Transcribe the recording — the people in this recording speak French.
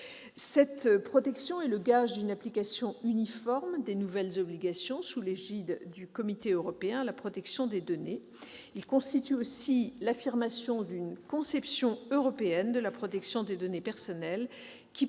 CNIL. C'est le gage d'une application uniforme des nouvelles obligations, sous l'égide du Comité européen de la protection des données. C'est aussi l'affirmation d'une conception européenne de la protection des données personnelles qui diffère